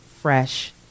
fresh